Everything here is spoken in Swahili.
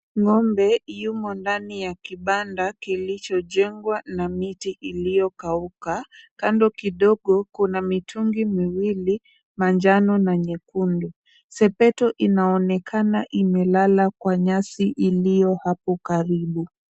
Ng'ombe yumo ndani ya kibanda kilichojengwa na miti iliyokauka. Kando kidogo kuna mitungi miwili, manjano na nyekundu. Sepeto inaonekana imelala kwa nyasi iliyo hapo karibu.